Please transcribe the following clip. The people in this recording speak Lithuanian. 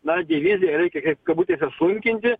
na diviziją reikia kaip kabutėse sunkinti